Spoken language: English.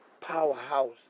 powerhouse